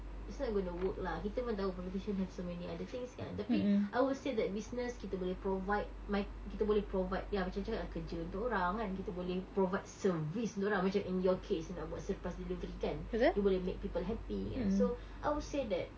it's not going to work lah kita pun tahu politician have so many other things kan tapi I would say that business kita boleh provide like kita boleh provide ya macam cakap lah kerja untuk orang kan kita boleh provide service diorang macam in your case you nak buat surprise delivery kan you boleh make people happy and so I would say that